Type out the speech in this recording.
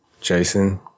Jason